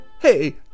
hey